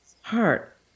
heart